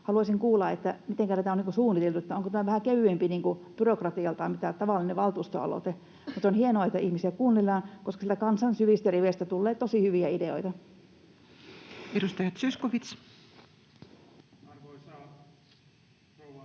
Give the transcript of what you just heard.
Haluaisin kuulla, mitenkä tätä on suunniteltu, onko tämä vähän kevyempi byrokratialtaan kuin tavallinen valtuustoaloite. Mutta se on hienoa, että ihmisiä kuunnellaan, koska sieltä kansan syvistä riveistä tulee tosi hyviä ideoita. [Speech 125] Speaker: